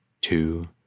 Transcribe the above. two